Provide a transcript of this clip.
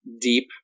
deep